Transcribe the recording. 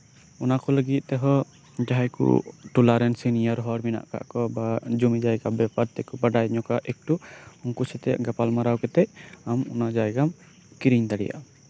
ᱚᱱᱟ ᱠᱚ ᱞᱟᱹᱜᱤᱫ ᱛᱮᱦᱚᱸ ᱴᱚᱞᱟ ᱨᱮᱱ ᱥᱤᱱᱤᱭᱟᱨ ᱦᱚᱲ ᱢᱮᱱᱟᱜ ᱠᱚᱣᱟ ᱵᱟ ᱡᱚᱢᱤ ᱡᱟᱭᱜᱟ ᱵᱮᱯᱟᱨ ᱛᱮᱠᱚ ᱵᱟᱲᱟᱭ ᱧᱚᱜᱼᱟ ᱮᱠᱴᱩ ᱩᱱᱠᱩ ᱥᱟᱛᱮᱫ ᱜᱟᱯᱟᱞ ᱢᱟᱨᱟᱣ ᱠᱟᱛᱮᱫ ᱟᱢ ᱚᱱᱟ ᱡᱟᱭᱜᱟᱢ ᱠᱤᱨᱤᱧ ᱫᱟᱲᱮᱭᱟᱜᱼᱟ